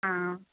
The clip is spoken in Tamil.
ஆ